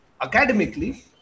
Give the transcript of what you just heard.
academically